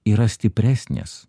yra stipresnės